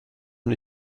und